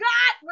God